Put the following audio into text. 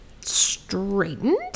straightened